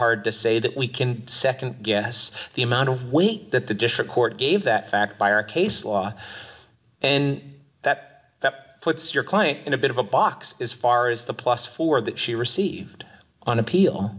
hard to say that we can nd guess the amount of weight that the district court gave that fact by our case law and that puts your client in a bit of a box as far as the plus four that she received on appeal